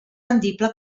rendible